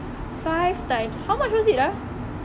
five times how much was it ah